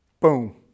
Boom